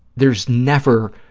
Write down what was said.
there's never